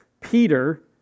Peter